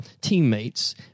teammates